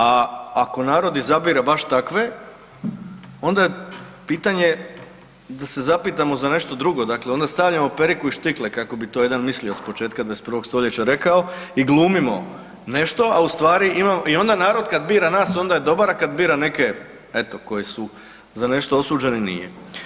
A ako narod izabire baš takve onda je pitanje da se zapitamo za nešto drugo, dakle onda stavljamo periku i štikle kako bi to jedan mislioc s početka 21. stoljeća rekao i glumimo nešto, a u stvari i onda kad narod bira nas onda je dobar, a kad bira neke eto koji su za nešto osuđeni nije.